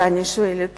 ואני שואלת